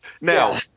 now